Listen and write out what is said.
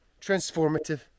Transformative